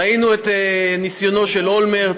ראינו את ניסיונו של אולמרט,